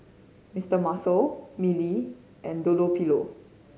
Mister Muscle Mili and Dunlopillo